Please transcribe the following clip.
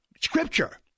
Scripture